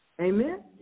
Amen